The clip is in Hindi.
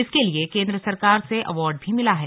इसके लिए केंद्र सरकार से अवार्ड भी मिला है